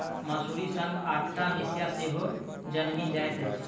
मसुरीक संग अकटा मिसिया सेहो जनमि जाइत अछि